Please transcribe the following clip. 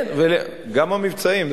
כן, גם המבצעים.